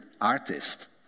artist